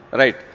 right